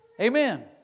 Amen